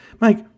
Mike